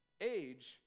age